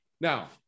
now